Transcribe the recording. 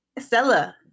Stella